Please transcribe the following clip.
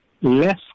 less